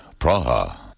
Praha